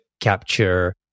capture